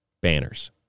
Banners